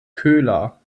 köhler